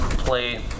play